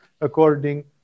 according